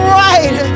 right